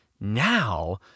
now